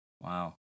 Wow